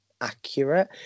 accurate